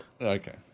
okay